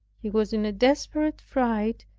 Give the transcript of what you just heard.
he was in a desperate fright,